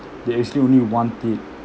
they actually only want it